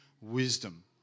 wisdom